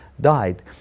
died